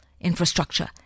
infrastructure